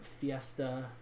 Fiesta